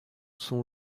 sont